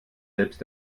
selbst